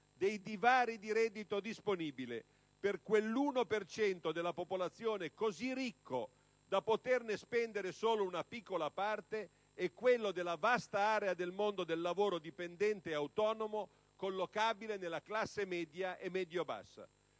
dei divari di reddito disponibile fra quell'1 per cento della popolazione così ricco da poterne spendere solo una piccola parte, e quello della vasta area del mondo del lavoro dipendente autonomo collocabile nella classe media e medio-bassa.